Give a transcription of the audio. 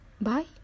Bye